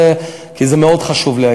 כי זה מאוד חשוב לי,